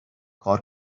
کار